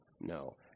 no